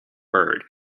bird